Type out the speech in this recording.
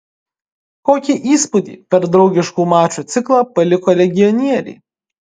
kokį įspūdį per draugiškų mačų ciklą paliko legionieriai